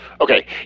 Okay